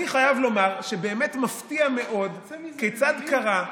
אני חייב לומר שבאמת מפתיע מאוד כיצד קרה,